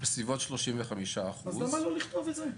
בסביבות 35%. אז למה לא לכתוב את זה?